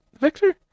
Victor